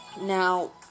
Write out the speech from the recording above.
now